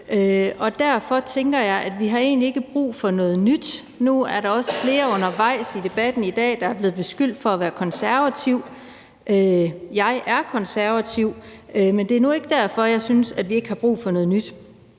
af. Derfor tænker jeg, at vi egentlig ikke har brug for noget nyt. Der er også flere, der undervejs i debatten i dag er blevet beskyldt for at være konservative. Jeg er konservativ, men det er nu ikke derfor, jeg synes, vi ikke har brug for noget nyt.